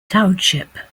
township